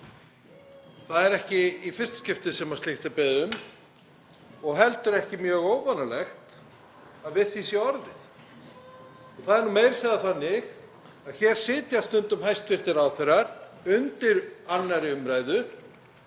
Það er ekki í fyrsta skipti sem um slíkt er beðið og heldur ekki mjög óvanalegt að við því sé orðið. Það er meira að segja þannig að hér sitja stundum hæstv. ráðherrar við 2. umræðu